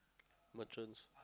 merchants